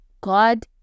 God